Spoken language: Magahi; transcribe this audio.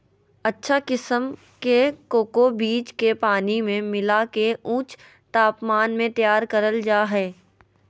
अच्छा किसम के कोको बीज के पानी मे मिला के ऊंच तापमान मे तैयार करल जा हय